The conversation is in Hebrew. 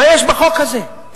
מה יש בחוק הזה?